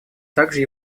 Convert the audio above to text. также